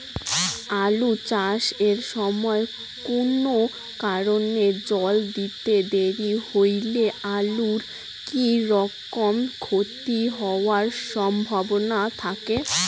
আলু চাষ এর সময় কুনো কারণে জল দিতে দেরি হইলে আলুর কি রকম ক্ষতি হবার সম্ভবনা থাকে?